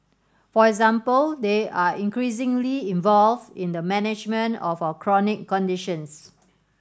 for example they are increasingly involved in the management of our chronic conditions